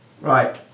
Right